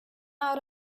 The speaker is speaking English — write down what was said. out